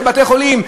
של בתי-החולים.